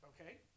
Okay